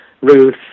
Ruth